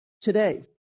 today